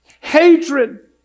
Hatred